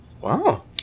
Wow